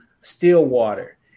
Stillwater